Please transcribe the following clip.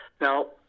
now